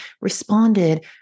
responded